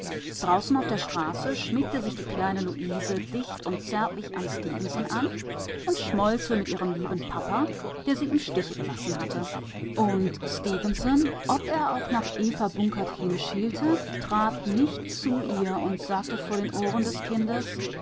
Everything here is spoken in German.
draußen auf der straße schmiegte sich die kleine luise dicht und zärtlich an stefenson an und schmollte mit ihrem lieben pappa der sie im stiche gelassen hatte und stefenson ob er auch nach eva bunkert hinschielte trat nicht zu ihr und sagte vor den ohren des kindes